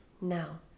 Now